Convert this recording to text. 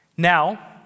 Now